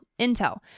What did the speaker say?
intel